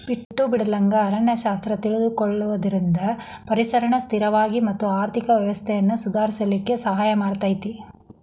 ಬಿಟ್ಟು ಬಿಡಲಂಗ ಅರಣ್ಯ ಶಾಸ್ತ್ರ ತಿಳಕೊಳುದ್ರಿಂದ ಪರಿಸರನ ಸ್ಥಿರವಾಗಿ ಮತ್ತ ಆರ್ಥಿಕ ವ್ಯವಸ್ಥೆನ ಸುಧಾರಿಸಲಿಕ ಸಹಾಯ ಮಾಡತೇತಿ